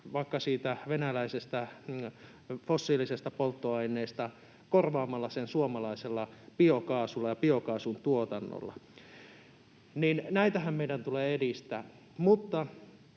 vaikka siitä venäläisestä fossiilisesta polttoaineesta korvaamalla sen suomalaisella biokaasulla ja biokaasun tuotannolla. Näitähän meidän tulee edistää.